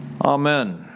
Amen